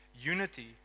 Unity